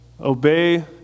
obey